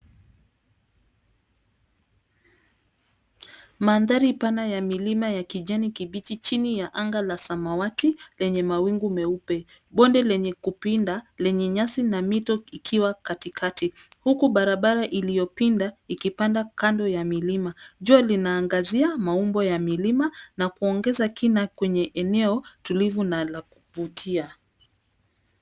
Mandhari pana ya milima ya kijani kibichi chini ya anga la samawati lenye mawingu meupe. Bonde lenye kupinda, lenye nyasi na mito ikiwa katikati, huku barabara iliyopinda ikipanda kando ya milima. Jua linaangazia maumbo ya milima, na kuongeza kina kwenye eneo tulivu, na la kuvutia.